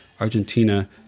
Argentina